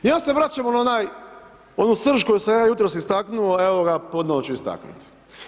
Ja se vraćam u ono srž koju sam ja jutros istaknuo, evo ga, ponovo ću istaknuti.